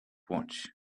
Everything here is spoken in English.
watch